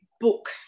Book